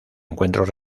encuentros